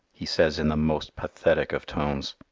he says in the most pathetic of tones,